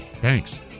Thanks